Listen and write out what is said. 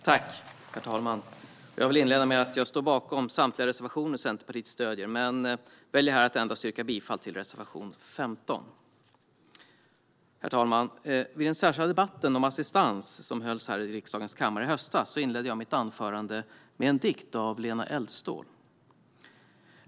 Herr talman! Jag vill inleda med att jag säga att jag står bakom samtliga reservationer som Centerpartiet stöder, men jag väljer här att yrka bifall endast till reservation 15. Herr talman! Vid den särskilda debatten om assistans som hölls här i riksdagens kammare i höstas inledde jag mitt anförande med en dikt av Lena Eldståhl.